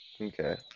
okay